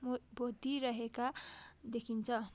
भुतभुति रहेका देखिन्छ